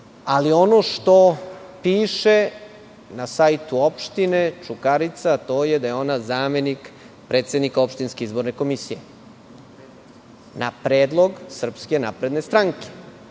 ali ono što piše na sajtu opštine Čukarica, to je da je ona zamenik predsednika Opštinske izborne komisije, na predlog Srpske napredne stranke. Dakle,